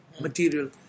material